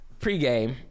pregame